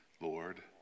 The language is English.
Lord